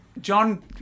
John